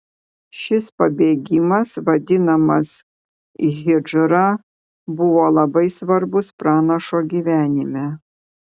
šis pabėgimas vadinamas hidžra buvo labai svarbus pranašo gyvenime